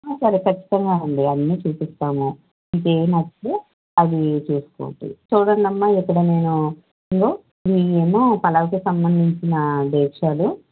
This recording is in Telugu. ఆ సరే ఖచ్చితంగానండి అన్నీ చూపిస్తాము ఏవి నచ్చితే అవి తీసుకోండి చూడండమ్మ ఇవి ఇవేమో పులావ్కి సంబంధించిన డేగసాలు